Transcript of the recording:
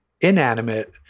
inanimate